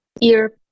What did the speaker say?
ear